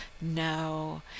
no